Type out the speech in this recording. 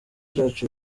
byacu